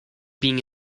being